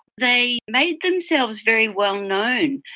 they made themselves very well known,